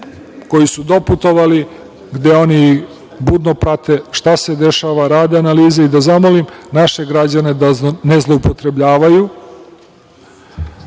koji su doputovali, gde oni budno prate šta se dešava, rade na analizi i da zamolim naše građane da ne zloupotrebljavaju,